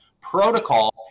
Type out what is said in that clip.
protocol